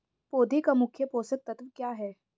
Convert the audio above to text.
पौधे का मुख्य पोषक तत्व क्या हैं?